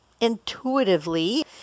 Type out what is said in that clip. intuitively